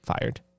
fired